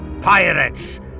Pirates